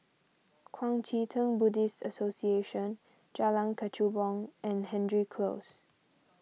Kuang Chee Tng Buddhist Association Jalan Kechubong and Hendry Close